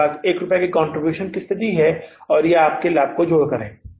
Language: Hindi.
हमारे पास 1 रुपये के कंट्रीब्यूशन की स्थिति में है और यह आपके लाभ को जोड़कर है